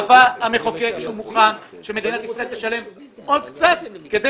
קבע המחוקק שמדינת ישראל תשלם עוד קצת כדי